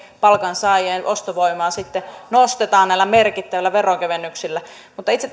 palkansaajien ostovoimaa sitten nostetaan näillä merkittävillä veronkevennyksillä mutta itse